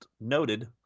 noted